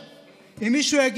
אם מישהו יעשה פשע,